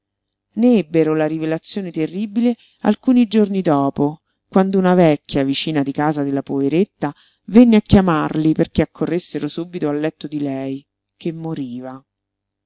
ebbero la rivelazione terribile alcuni giorni dopo quando una vecchia vicina di casa della poveretta venne a chiamarli perché accorressero subito al letto di lei che moriva